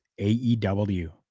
aew